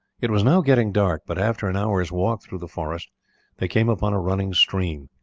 it was now getting dark, but after an hour's walk through the forest they came upon a running stream.